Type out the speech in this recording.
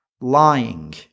lying